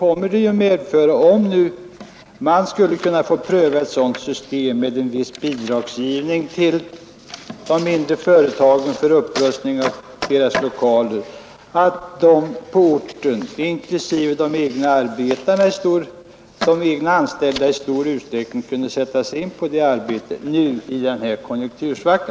Om man kunde pröva ett system med en viss bidragsgivning till mindre företag för upprustning av deras lokaler skulle det givetvis medföra att även de egna anställda i stor utsträckning kunde sättas in i det arbetet i rådande konjunktursvacka.